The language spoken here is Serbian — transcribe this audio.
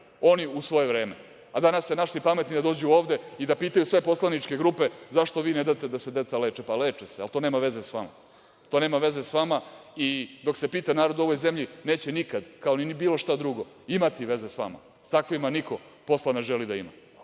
oni u svoje vreme, a danas se našli pametni da dođu ovde i da pitaju sve poslaničke grupe – zašto vi ne date da se deca leče? Pa leče se, ali to nema veze sa vama. To nema veze sa vama i dok se pita narod u ovoj zemlji neće nikada, kao ni bilo šta drugo imati veze sa vama. Sa takvima niko posla ne želi da